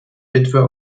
witwe